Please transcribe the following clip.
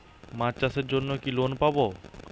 মাছ চাষের জন্য কি লোন পাব?